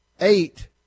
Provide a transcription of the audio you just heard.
eight